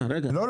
לא.